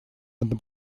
этом